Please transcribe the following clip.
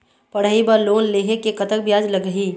पढ़ई बर लोन लेहे ले कतक ब्याज लगही?